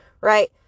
right